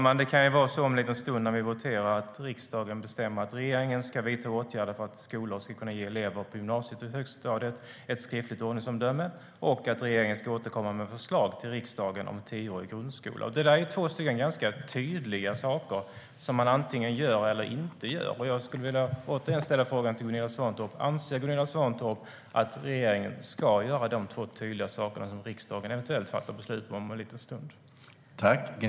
Herr talman! Om en liten stund, när vi voterar, kan det var så att riksdagen bestämmer att regeringen ska vidta åtgärder för att skolor ska kunna ge elever på gymnasiet och högstadiet ett skriftligt ordningsomdöme och att regeringen ska återkomma med förslag till riksdagen om en tioårig grundskola. Det är två ganska tydliga saker som man antingen gör eller inte gör. Jag skulle återigen vilja ställa frågan till Gunilla Svantorp: Anser Gunilla Svantorp att regeringen ska göra de två tydliga saker som riksdagen om en liten stund eventuellt fattar beslut om?